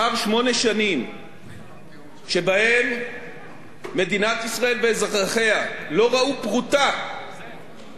שבהן מדינת ישראל ואזרחיה לא ראו פרוטה מאותם דיבידנדים כלואים,